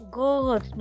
god